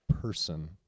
person